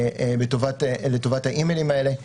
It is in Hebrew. לטובת האימיילים האלה,